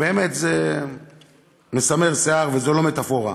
באמת זה מסמר שיער וזו לא מטפורה.